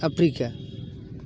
Africa